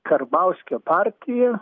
karbauskio partija